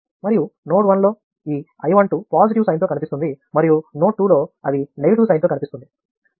మరియు నోడ్ 1 లో ఈ I 12 పాజిటివ్ సైన్తో కనిపిస్తుంది మరియు నోడ్ 2 లో అది నెగటివ్ సైన్తో కనిపిస్తుంది